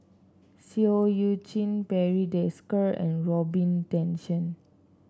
Seah Eu Chin Barry Desker and Robin Tessensohn